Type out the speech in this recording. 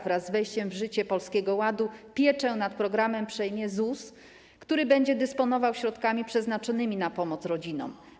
Wraz z wejściem w życie Polskiego Ładu pieczę nad programem przejmie ZUS, który będzie dysponował środkami przeznaczonymi na pomoc rodzinom.